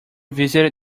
visited